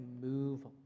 move